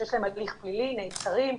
שיש להם הליך פלילי, נעצרים,